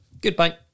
Goodbye